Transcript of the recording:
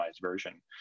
version